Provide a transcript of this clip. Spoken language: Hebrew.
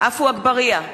עפו אגבאריה,